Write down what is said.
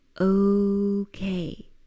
okay